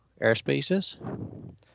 airspaces